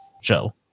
show